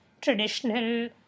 traditional